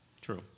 True